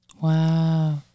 Wow